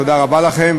תודה רבה לכם.